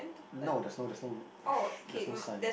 no there's no there's no sh~ there's no sign